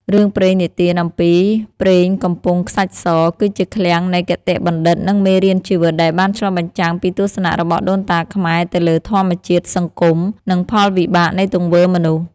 រឿងព្រេងនិទានអំពី "ព្រេងកំពង់ខ្សាច់ស" គឺជាឃ្លាំងនៃគតិបណ្ឌិត និងមេរៀនជីវិត ដែលបានឆ្លុះបញ្ចាំងពីទស្សនៈរបស់ដូនតាខ្មែរទៅលើធម្មជាតិ សង្គម និងផលវិបាកនៃទង្វើមនុស្ស។